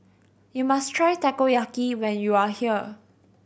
you must try Takoyaki when you are here